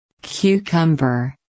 Cucumber